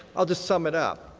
i'll just sum it up,